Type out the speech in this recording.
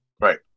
Right